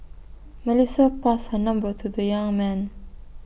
Melissa passed her number to the young man